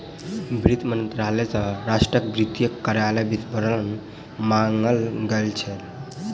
वित्त मंत्रालय सॅ राष्ट्रक वित्तीय कार्यक विवरणक मांग कयल गेल